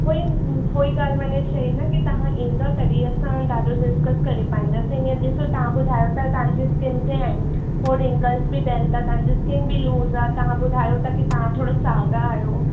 उहो ई उहो ई ॻाल्हि मां न चयईं न की तव्हां ईंदव तॾहिं असां ॾाढो डिस्कस करे पाईंदासीं ईअं ॾिसो तव्हां ॿुधायो था तव्हांजी स्किन ते आहिनि उहो रिंकल्स बि पियनि था तव्हांजी स्किन बि लूज आहे तव्हां ॿुधायो था की तव्हां थोरा सांवरा आहियो